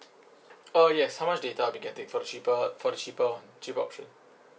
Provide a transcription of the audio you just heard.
uh yes how much data I'll be getting for the cheaper for the cheaper one cheaper option